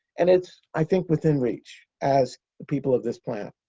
and it's, i think, within reach as the people of this planet.